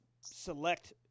select